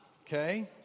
okay